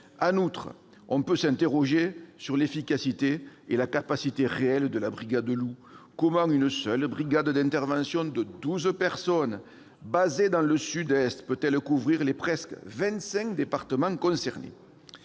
En outre, on peut s'interroger sur l'efficacité et la capacité réelle de la brigade loup ! Comment une seule brigade d'intervention de douze personnes basée dans le Sud-Est peut-elle couvrir les presque vingt-cinq départements concernés ?